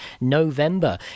November